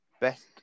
Best